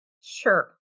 Sure